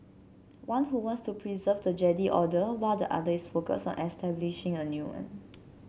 one who wants to preserve the Jedi Order while the other is focused on establishing a new one